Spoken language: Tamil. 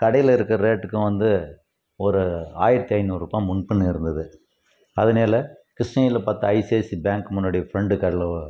கடையில் இருக்க ரேட்டுக்கும் வந்து ஒரு ஆயிரத்தி ஐநூறுபாய் முன் பின் இருந்தது அதனால கிருஷ்ணகிரியில பார்த்தா ஐசிஐசி பேங்க்கு முன்னாடி ஃப்ரெண்டு கடையில